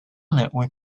network